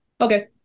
Okay